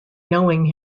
knowing